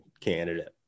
candidate